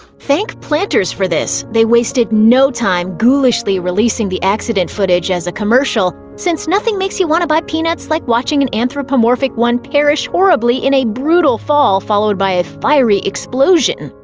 thank planters for this they wasted no time ghoulishly releasing the accident footage as a commercial, since nothing makes you want to buy peanuts like watching an anthropomorphic one perish horribly in a brutal fall followed by a fiery explosion.